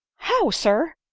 how, sir!